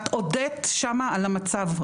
את הודית שם על המצב,